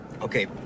Okay